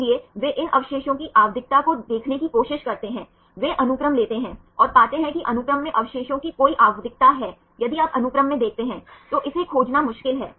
इसलिए वे इन अवशेषों की आवधिकता को देखने की कोशिश करते हैं वे अनुक्रम लेते हैं और पाते हैं कि अनुक्रम में अवशेषों की कोई आवधिकता है यदि आप अनुक्रम में देखते हैं तो इसे खोजना मुश्किल है